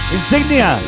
Insignia